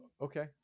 Okay